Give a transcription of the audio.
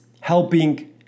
helping